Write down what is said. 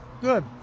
good